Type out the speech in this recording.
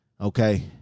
Okay